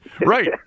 right